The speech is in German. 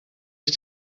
ich